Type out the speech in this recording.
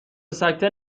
سکته